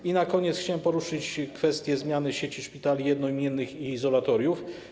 I na koniec chciałbym poruszyć kwestię zmiany sieci szpitali jednoimiennych i izolatoriów.